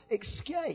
escape